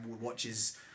watches